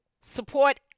Support